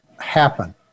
happen